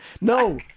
No